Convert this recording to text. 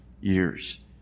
years